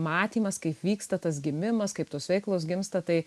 matymas kaip vyksta tas gimimas kaip tos veiklos gimsta tai